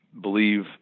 believe